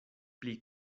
pli